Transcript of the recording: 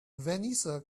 vanessa